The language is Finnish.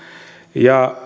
ja